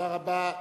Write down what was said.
תודה רבה.